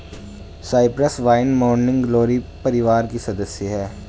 Cyprus vine morning glory परिवार की सदस्य हैं